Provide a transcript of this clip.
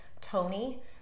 Tony